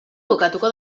bukatuko